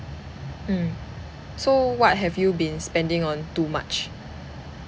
mm so what have you been spending on too much